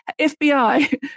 FBI